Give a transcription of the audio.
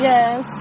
Yes